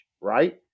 right